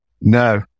No